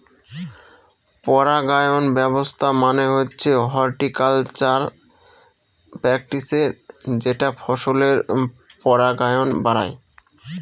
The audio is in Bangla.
পরাগায়ন ব্যবস্থা মানে হচ্ছে হর্টিকালচারাল প্র্যাকটিসের যেটা ফসলের পরাগায়ন বাড়ায়